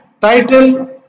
title